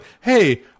hey